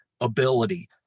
ability